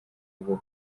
bwo